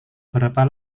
berapa